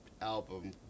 album